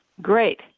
Great